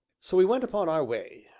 so we went upon our way,